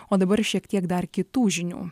o dabar šiek tiek dar kitų žinių